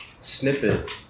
snippet